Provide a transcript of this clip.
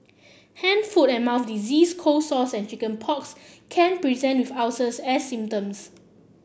hand foot and mouth disease cold sores and chicken pox can present with ulcers as symptoms